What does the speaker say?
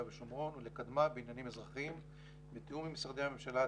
ושומרון ולקדמה בעניינים אזרחים בתיאום עם משרדי הממשלה,